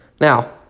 Now